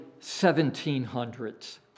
1700s